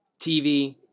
TV